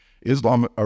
Islam